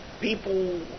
People